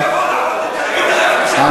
שיבוא,